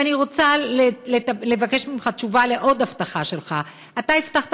ואני רוצה לבקש ממך תשובה על עוד הבטחה שלך: אתה הבטחת